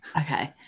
Okay